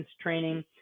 training